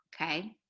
Okay